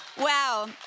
Wow